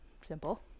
Simple